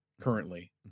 currently